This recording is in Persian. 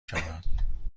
شوم